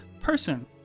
person